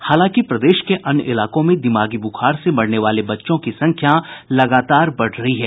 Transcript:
हालांकि प्रदेश के अन्य इलाकों में दिमागी बुखार से मरने वालें बच्चों की संख्या लगातार बढ़ रही है